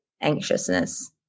anxiousness